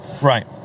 right